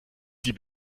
die